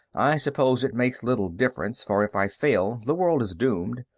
i suppose it makes little difference, for if i fail the world is doomed,